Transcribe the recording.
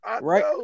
Right